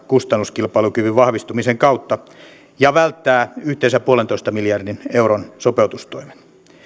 kustannuskilpailukyvyn vahvistumisen kautta ja välttää yhteensä yhden pilkku viiden miljardin euron sopeutustoimet